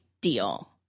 deal